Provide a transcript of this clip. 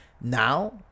Now